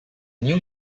new